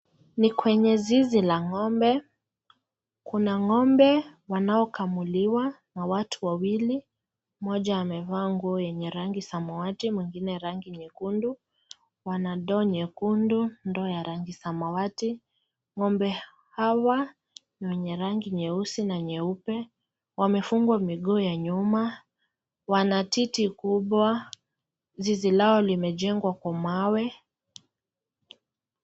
Ni kwenye zizi la ng'ombe, kuna ng'ombe wanaokamuliwa na watu wawili mmoja amevaa nguo yenye rangi samawati, mwingine rangi nyekundu, wanandoo nyekundu ndoo ya rangi ya samawati. Ng'ombe hawa wenye rangi nyeusi na nyeupe wamefungwa miguu ya nyuma wanatiti kubwa zizi lao limejengwa kwa mawe.